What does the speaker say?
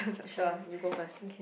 sure you go first